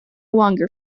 longer